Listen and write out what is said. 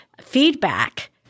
feedback